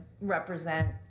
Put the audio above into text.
represent